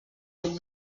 puc